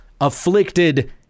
afflicted